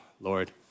Lord